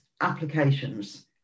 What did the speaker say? applications